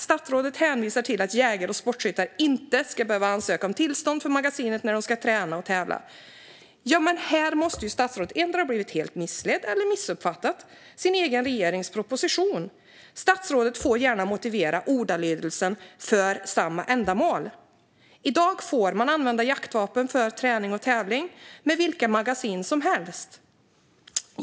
Statsrådet hänvisar till att jägare och sportskyttar inte ska behöva ansöka om tillstånd för magasinet när de ska träna och tävla. Här måste statsrådet endera ha blivit helt missledd eller missuppfattat sin egen regerings proposition. Statsrådet får gärna motivera ordalydelsen "för samma ändamål". I dag får man använda jaktvapen för träning och tävling med vilka magasin som helst.